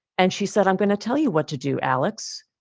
and she said, i'm going to tell you what to do, alex.